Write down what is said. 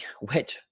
wet